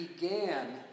began